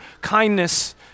kindness